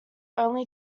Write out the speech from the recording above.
only